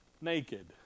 naked